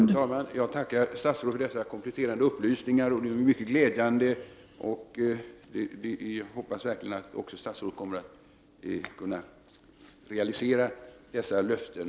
Herr talman! Jag tackar statsrådet för dessa kompletterande upplysningar. Det är mycket glädjande, och vi hoppas verkligen att statsrådet kommer att kunna realisera dessa löften.